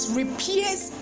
repairs